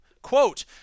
Quote